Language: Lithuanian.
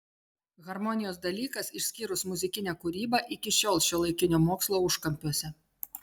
harmonijos dalykas išskyrus muzikinę kūrybą iki šiol šiuolaikinio mokslo užkampiuose